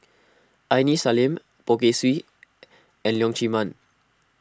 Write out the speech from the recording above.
Aini Salim Poh Kay Swee and Leong Chee Mun